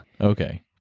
Okay